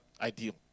ideal